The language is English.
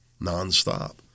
nonstop